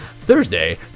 thursday